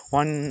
one